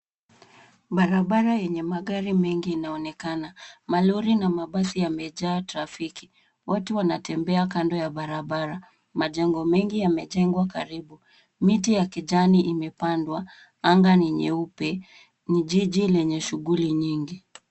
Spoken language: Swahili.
Barabara yenye magari mengi inaonekana. Malori na mabasi yamejaa trafiki. Watu wanatembea kando ya barabara. Majengo mengi yamejengwa karibu. Miti ya kijani imepandwa, anga ni nyeupe, ni jiji lenye shughuli nyingi.